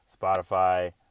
Spotify